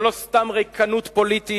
זו לא סתם ריקנות פוליטית,